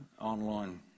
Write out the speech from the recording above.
online